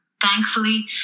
Thankfully